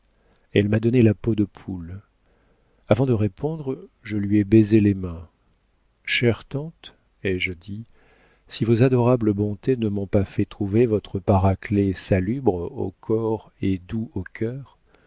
elle m'a donné la peau de poule avant de répondre je lui ai baisé les mains chère tante ai-je dit si vos adorables bontés ne m'ont pas fait trouver votre paraclet salubre au corps et doux au cœur